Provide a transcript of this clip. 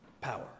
power